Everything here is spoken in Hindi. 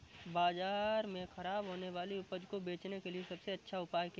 बाजार में खराब होने वाली उपज को बेचने के लिए सबसे अच्छा उपाय क्या है?